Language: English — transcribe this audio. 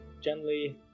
gently